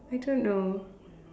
I don't know